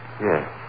Yes